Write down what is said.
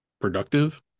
productive